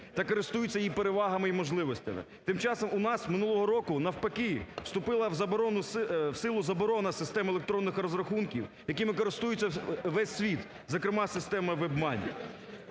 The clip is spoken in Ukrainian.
та користуються її перевагами і можливостями. Тим часом у нас минулого року навпаки вступила в силу заборона систему електронних розрахунків, якими користується весь світ, зокрема система WebMoney.